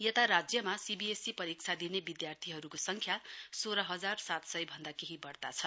यता राज्यमा सीबीएसई परीक्षा दिने विधार्थीहरूको संख्या सोह् हजार सात सय भन्दा केही बढ़ता छ